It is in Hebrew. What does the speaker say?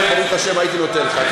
הייתי נותן לך.